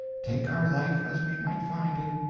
take our life as we might find it,